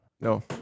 No